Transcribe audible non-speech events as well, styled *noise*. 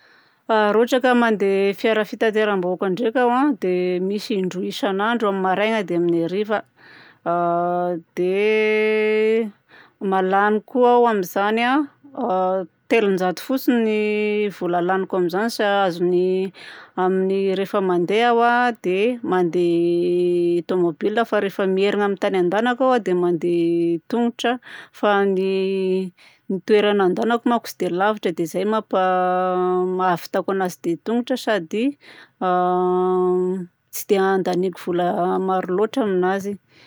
Raha ohatra ka mandeha fiara fitateram-bahoaka ndraika aho a, dia misy indroa isan'andro, amin'ny maraina dia amin'ny hariva. A dia *hesitation* mahalany koa aho amin'izany a, telonjato fotsiny vola laniko amin'izany sa- azon'ny amin'ny rehefa mandeha aho a, dia mandeha *hesitation* tomobile fa rehefa miherigna amin'ny tany andehanako aho dia mandeha tongotra fa ny toerana andehanako manko tsy dia lavitra ka dia zay mampa *hesitation* ahavitako anazy dia tongotra sady a *hesitation* tsy dia andaniako vola maro loatra aminazy.